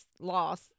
loss